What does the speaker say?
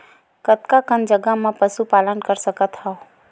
कतका कन जगह म पशु पालन कर सकत हव?